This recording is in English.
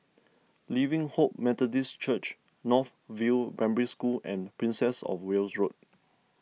Living Hope Methodist Church North View Primary School and Princess of Wales Road